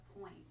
point